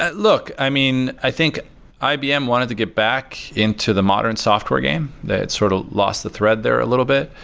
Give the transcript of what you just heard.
ah look. i mean, i think ibm wanted to get back into the modern software game that sort of lost the thread there a little bit.